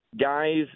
guys